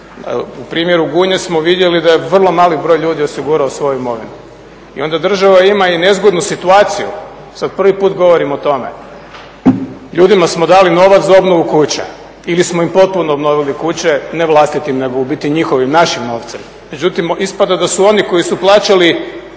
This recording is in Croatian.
U primjeru Gunje smo vidjeli da je vrlo mali broj ljudi osigurao svoju imovinu i onda država ima i nezgodnu situaciju, sad prvi put govorim o tome. Ljudima smo dali novac za obnovu kuća ili smo im potpuno obnovili kuće, ne vlastitim, nego u biti njihovim, našim novcem. Međutim, ispada da su oni koji su plaćali